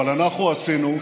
לומדים,